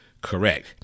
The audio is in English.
correct